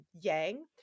Yang